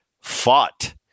fought